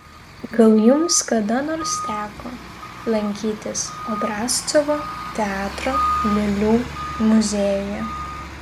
gal jums kada nors teko lankytis obrazcovo teatro lėlių muziejuje